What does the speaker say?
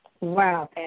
Wow